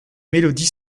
mélodie